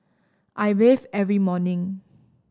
I bathe every morning